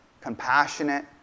compassionate